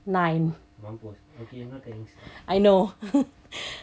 nine I know